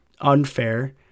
unfair